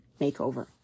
Makeover